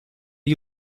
are